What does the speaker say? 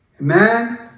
Amen